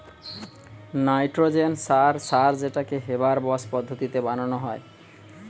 nitrogen সার সার যেটাকে হেবার বস পদ্ধতিতে বানানা হয়